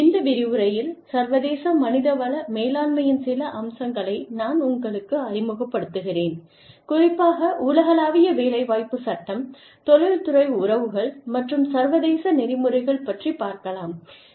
இந்த விரிவுரையில் சர்வதேச மனித வள மேலாண்மையின் சில அம்சங்களை நான் உங்களுக்கு அறிமுகப்படுத்துகிறேன் குறிப்பாக உலகளாவிய வேலைவாய்ப்பு சட்டம் தொழில்துறை உறவுகள் மற்றும் சர்வதேச நெறிமுறைகள் பற்றிப் பார்க்கலாம்